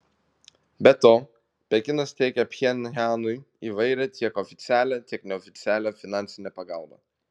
be to pekinas teikia pchenjanui įvairią tiek oficialią tiek neoficialią finansinę pagalbą